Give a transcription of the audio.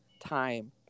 time